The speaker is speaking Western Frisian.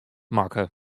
makke